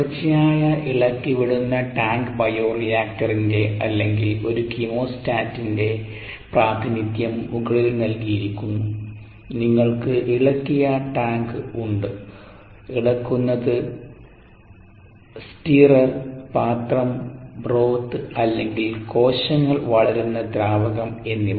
തുടർച്ചയായ ഇളക്കിവിടുന്ന ടാങ്ക് ബയോറെയാക്റ്ററിന്റെ അല്ലെങ്കിൽ ഒരു കീമോസ്റ്റാറ്റിന്റെ പ്രാതിനിധ്യം മുകളിൽ നൽകിയിരിക്കുന്നു നിങ്ങൾക്ക് ഇളക്കിയ ടാങ്ക് ഉണ്ട് ഇളക്കുന്നത് പാത്രം ബ്രോത്ത് അല്ലെങ്കിൽ കോശങ്ങൾ വളരുന്ന ദ്രാവകം എന്നിവ